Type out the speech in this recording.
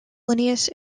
linnaeus